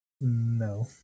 No